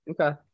Okay